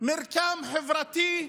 "מרקם חברתי",